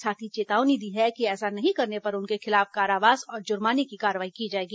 साथ ही चेतावनी दी है कि ऐसा नहीं करने पर उनके खिलाफ कारावास और जुर्माने की कार्रवाई की जाएगी